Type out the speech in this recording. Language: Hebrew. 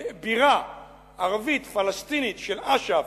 בירה ערבית פלסטינית של אש"ף,